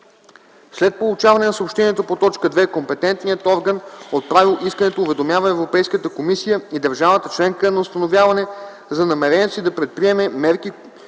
след получаване на съобщението по т. 2, компетентният орган, отправил искането, уведомява Европейската комисия и държавата членка на установяване за намерението си да предприеме мерки,